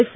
F